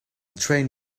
train